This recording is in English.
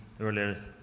earlier